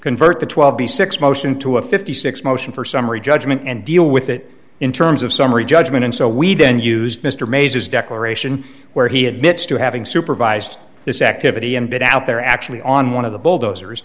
convert the twelve b six motion to a fifty six motion for summary judgment and deal with it in terms of summary judgment and so we didn't used mr mayes's declaration where he admits to having supervised this activity and get out there actually on one of the bulldozers